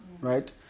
Right